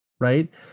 right